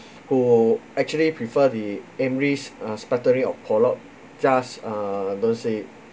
who actually prefer the aimless splattering of pollock just uh don't say it